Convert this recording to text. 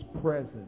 present